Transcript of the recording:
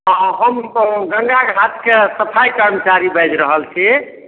हम गङ्गा घाटके सफाइ कर्मचारी बाजि रहल छी